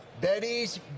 Betty's